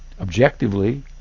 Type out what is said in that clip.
objectively